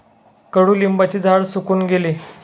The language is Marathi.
कडुलिंबाचे झाड सुकून गेले